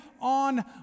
on